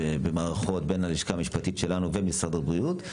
במערכות בין הלשכה המשפטית שלנו לבין משרד הבריאות.